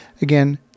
Again